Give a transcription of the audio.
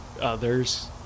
others